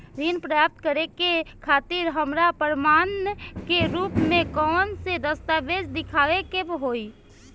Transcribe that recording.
ऋण प्राप्त करे के खातिर हमरा प्रमाण के रूप में कउन से दस्तावेज़ दिखावे के होइ?